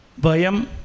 Bayam